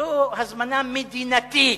זו הזמנה מדינתית,